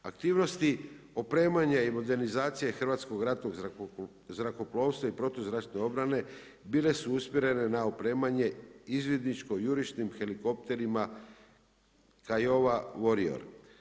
Aktivnosti opremanja i modernizacije Hrvatskog ratnog zrakoplovstva i protuzračne obrane bile su usmjerene na opremanje izvidničko jurišnim helikopterima Kiowa Warrior.